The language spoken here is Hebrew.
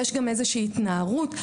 יש גם איזושהי התנערות,